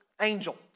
angel